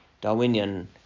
Darwinian